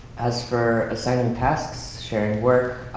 as for assigning tasks, sharing work,